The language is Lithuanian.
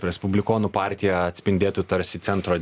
respublikonų partija atspindėtų tarsi centro